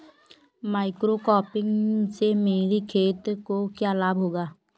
Monocropping से मेरी खेत को क्या लाभ होगा?